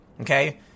okay